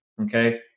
okay